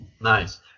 Nice